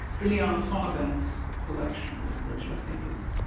ileana sonnabend's collection yeah which i think is